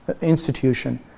institution